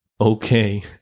okay